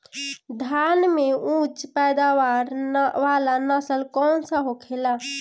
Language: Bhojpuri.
धान में उच्च पैदावार वाला नस्ल कौन सा होखेला?